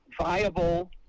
viable